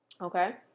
Okay